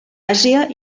àsia